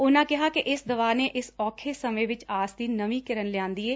ਉਨੂ ਕਿਹਾ ਕਿ ਇਸ ਦਵਾ ਨੇ ਇਸ ਔਖੇ ਸਮੇ ਵਿਚ ਆਸ ਦੀ ਨਵੀਂ ਕਿਰਨ ਲਿਆਂਦੀ ਏ